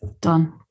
done